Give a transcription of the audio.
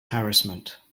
harassment